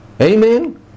Amen